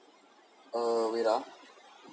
uh wait ah